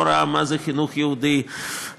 לא ראה מה זה חינוך יהודי אמיתי.